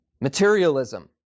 materialism